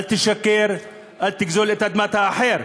אל תשקר, אל תגזול את אדמת האחר.